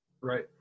Right